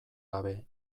gabe